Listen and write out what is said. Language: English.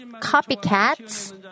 copycats